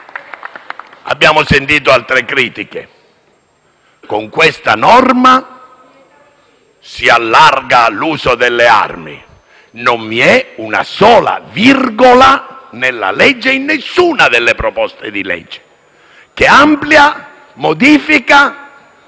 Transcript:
Abbiamo sentito altre critiche, secondo cui con questa norma si allarga l'uso delle armi. Non vi è una sola virgola nella legge, in nessuna delle proposte di legge, che amplia o modifica